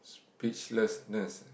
speechlessness eh